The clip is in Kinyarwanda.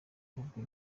ahubwo